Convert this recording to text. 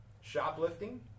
shoplifting